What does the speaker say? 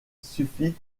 suffit